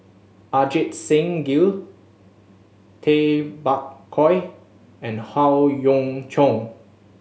Ajit Singh Gill Tay Bak Koi and Howe Yoon Chong